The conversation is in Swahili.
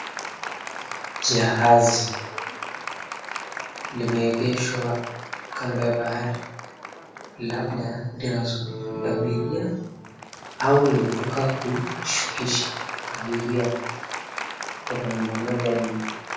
Jahazi limeegeshwa kando ya bahari labda lina subiri abiria au limetoka kishukisha abiria kutoka ng'ambo moja hadi nyingine.